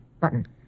button